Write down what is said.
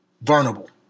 vulnerable